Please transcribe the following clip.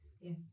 Yes